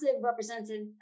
representative